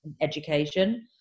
education